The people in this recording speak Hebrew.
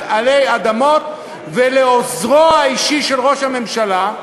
עלי אדמות ולעוזרו האישי של ראש הממשלה,